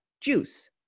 Juice